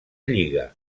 lliga